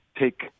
take